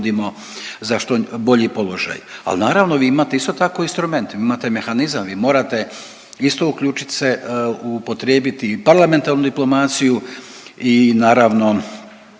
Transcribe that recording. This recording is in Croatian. za što bolji položaj, ali naravno, vi imate isto tako instrumente, vi imate mehanizam, vi morate isto uključiti se, upotrijebiti i parlamentarnu diplomaciju i naravno,